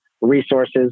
resources